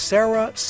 Sarah